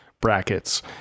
brackets